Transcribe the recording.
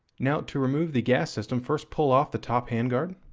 now to remove the gas system, first pull off the top hand guard,